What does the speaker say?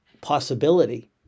possibility